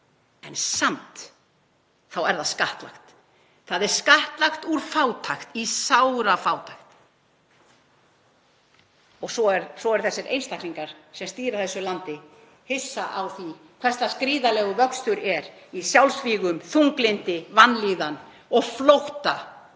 en samt er það skattlagt. Það er skattlagt úr fátækt í sárafátækt. Svo eru þessir einstaklingar sem stýra þessu landi hissa á því hvers lags gríðarlegur vöxtur er í sjálfsvígum, þunglyndi, vanlíðan og flótta undan